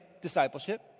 discipleship